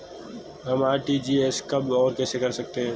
हम आर.टी.जी.एस कब और कैसे करते हैं?